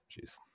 jeez